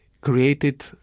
created